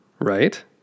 right